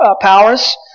powers